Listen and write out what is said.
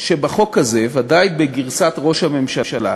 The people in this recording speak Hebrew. שהחוק הזה, בוודאי בגרסת ראש הממשלה,